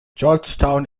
georgetown